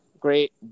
great